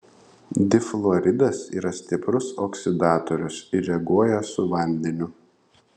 difluoridas yra stiprus oksidatorius ir reaguoja su vandeniu